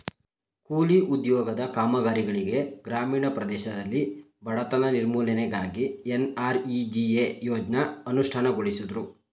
ಕೂಲಿ ಉದ್ಯೋಗದ ಕಾಮಗಾರಿಗಳಿಗೆ ಗ್ರಾಮೀಣ ಪ್ರದೇಶದಲ್ಲಿ ಬಡತನ ನಿರ್ಮೂಲನೆಗಾಗಿ ಎನ್.ಆರ್.ಇ.ಜಿ.ಎ ಯೋಜ್ನ ಅನುಷ್ಠಾನಗೊಳಿಸುದ್ರು